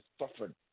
suffered